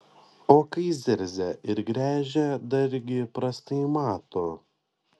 o kai zirzia ir gręžia dargi prastai mato